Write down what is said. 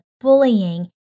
bullying